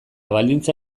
baldintza